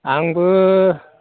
आंबो